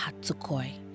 hatsukoi